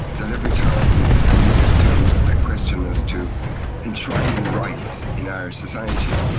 that every time it comes to a question as to enshrining rights in irish society,